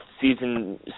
season